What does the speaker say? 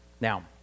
Now